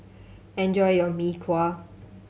enjoy your Mee Kuah